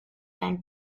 dein